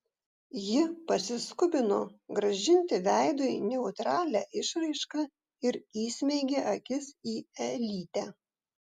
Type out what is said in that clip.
ji pasiskubino grąžinti veidui neutralią išraišką ir įsmeigė akis į elytę